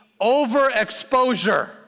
overexposure